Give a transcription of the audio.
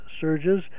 surges